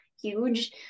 huge